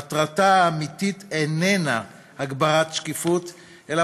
מטרתה האמיתית איננה הגברת שקיפות אלא